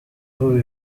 vuba